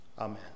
Amen